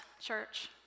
church